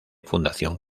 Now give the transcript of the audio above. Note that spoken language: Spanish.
fundación